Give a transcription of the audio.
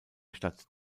stadt